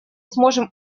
сможем